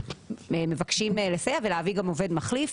ומבקשים לסייע ולהביא גם עובד מחליף.